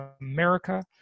America